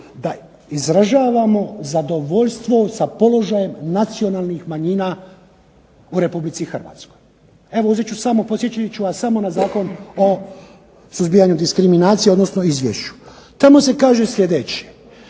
da izražavamo zadovoljstvo sa položajem nacionalnih manjina u Republici Hrvatskoj. Evo uzet ću samo, podsjetit ću vas samo na Zakon o suzbijanju diskriminacije, odnosno Izvješću. Tamo se kaže sljedeće,